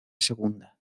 segunda